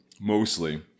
mostly